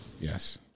Yes